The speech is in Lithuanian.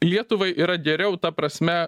lietuvai yra geriau ta prasme